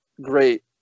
great